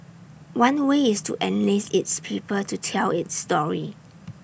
one way is to enlist its people to tell its story